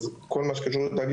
אז כל מה שקשור לתאגידים,